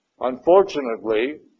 Unfortunately